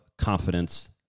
confidence